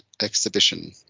exhibition